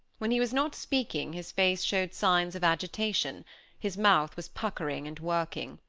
when he was not speaking his face showed signs of agitation his mouth was puckering and working.